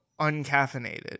uncaffeinated